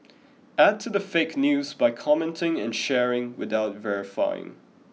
add to the fake news by commenting and sharing without verifying